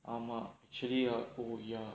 ஆமா:aamaa actually oh ya